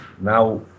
now